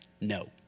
no